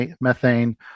methane